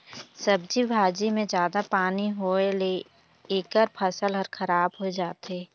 सब्जी भाजी मे जादा पानी होए ले एखर फसल हर खराब होए जाथे